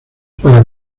para